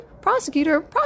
prosecutor